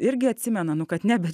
irgi atsimena nu kad ne bet